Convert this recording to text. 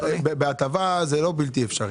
בהטבה זה לא בלתי אפשרי.